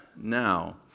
now